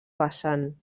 vessant